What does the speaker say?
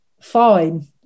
fine